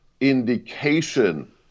indication